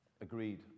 agreed